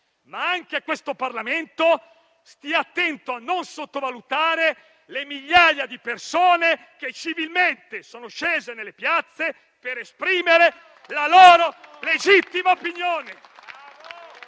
ma anche questo Parlamento stia attento a non sottovalutare le migliaia di persone che civilmente sono scese nelle piazze per esprimere la loro legittima opinione